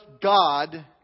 God